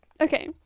okay